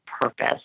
purpose